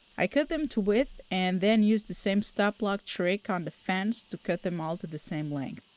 i cut them to width and then used the same stop block trick on the fence to cut them all to the same length.